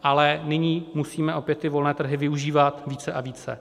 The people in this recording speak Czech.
Ale nyní musíme opět ty volné trhy využívat více a více.